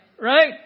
Right